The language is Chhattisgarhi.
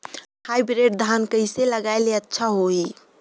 हाईब्रिड धान कइसे लगाय ले अच्छा होही?